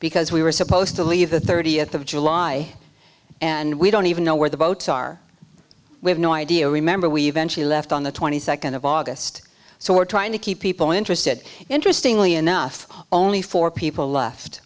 because we were supposed to leave the thirtieth of july and we don't even know where the boats are we have no idea remember we eventually left on the twenty second of august so we're trying to keep people interested interestingly enough only four people left